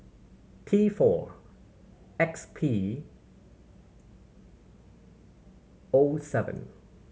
T four X P O seven